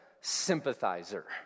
sympathizer